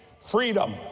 Freedom